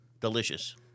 delicious